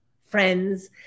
friends